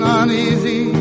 uneasy